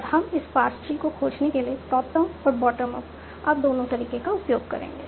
और हम इस पार्स ट्री को खोजने के लिए टॉप डाउन और बॉटम अप दोनों तरीके का उपयोग करेंगे